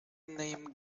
name